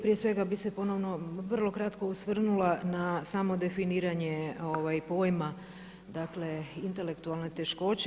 Prije svega bih se ponovno vrlo kratko osvrnula na samo definiranje pojma, dakle intelektualne teškoće.